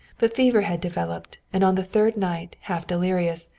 but fever had developed, and on the third night, half delirious,